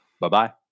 bye-bye